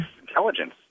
intelligence